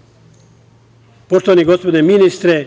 za. Poštovani gospodine ministre,